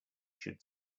should